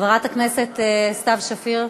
חברת הכנסת סתיו שפיר,